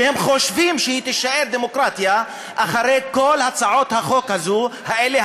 שהם חושבים שהיא תישאר דמוקרטיה אחרי כל הצעות החוק האלה,